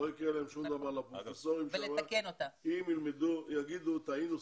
לא יקרה להם שום דבר לפרופסורים שם אם יגידו טעינו,